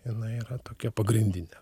inai yra tokia pagrindinė